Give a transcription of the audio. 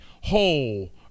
whole